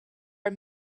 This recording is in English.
are